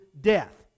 death